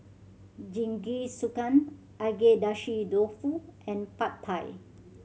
Jingisukan Agedashi Dofu and Pad Thai